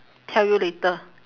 tell you later